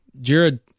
Jared